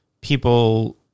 people